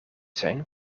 zijn